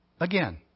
again